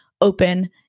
open